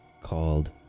called